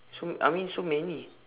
so I mean so many